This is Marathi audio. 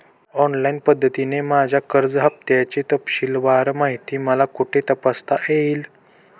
ऑनलाईन पद्धतीने माझ्या कर्ज हफ्त्याची तपशीलवार माहिती मला कुठे तपासता येईल?